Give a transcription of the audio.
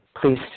please